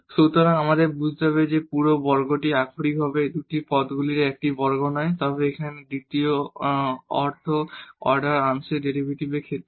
সুতরাং আমাদের বুঝতে হবে যে এই পুরো বর্গটি আক্ষরিকভাবে এই দুটি পদগুলির একটি বর্গ নয় তবে এখানে এর অর্থ দ্বিতীয় অর্ডার আংশিক ডেরিভেটিভসের ক্ষেত্রে